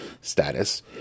status